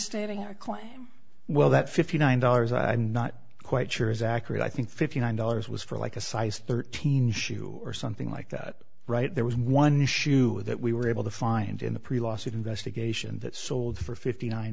client well that fifty nine dollars i'm not quite sure is accurate i think fifty nine dollars was for like a size thirteen shoe or something like that right there was one issue that we were able to find in the pre lawsuit investigation that sold for fifty nine